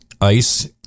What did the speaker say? ice